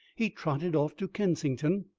he trotted off to kensington,